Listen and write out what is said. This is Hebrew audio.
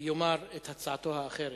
יאמר מהי הצעתו האחרת.